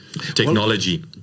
technology